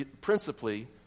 principally